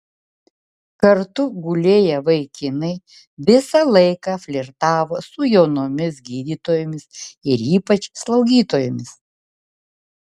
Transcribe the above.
kartu gulėję vaikinai visą laiką flirtavo su jaunomis gydytojomis ir ypač slaugytojomis